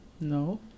No